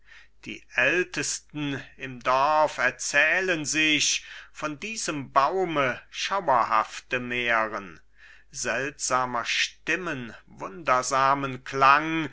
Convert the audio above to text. die ältesten im dorf erzählen sich von diesem baume schauerhafte mären seltsamer stimmen wundersamen klang